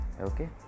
Okay